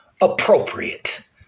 appropriate